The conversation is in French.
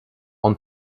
ont